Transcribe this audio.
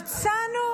מצאנו